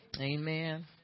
Amen